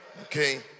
Okay